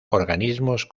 organismos